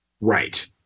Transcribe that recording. Right